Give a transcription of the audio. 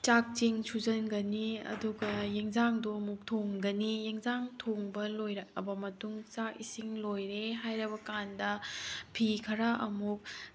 ꯆꯥꯛ ꯆꯦꯡ ꯁꯨꯖꯤꯟꯒꯅꯤ ꯑꯗꯨꯒ ꯑꯦꯟꯁꯥꯡꯗꯣ ꯑꯃꯨꯛ ꯊꯣꯡꯒꯅꯤ ꯑꯦꯟꯁꯥꯡ ꯊꯣꯡꯕ ꯂꯣꯏꯔꯛꯑꯕ ꯃꯇꯨꯡ ꯆꯥꯛ ꯏꯁꯤꯡ ꯂꯣꯏꯔꯦ ꯍꯥꯏꯔꯕ ꯀꯥꯟꯗ ꯐꯤ ꯈꯔ ꯑꯃꯨꯛ